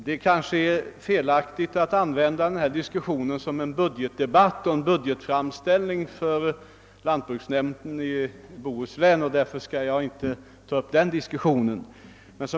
Herr talman! Det är felaktigt att använda detta tillfälle till budgetdebatt och budgetframställning för lantbruksnämnden i Bohuslän, och därför skall jag inte gå in på denna fråga.